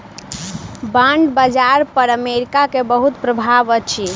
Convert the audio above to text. bond बाजार पर America के बहुत प्रभाव अछि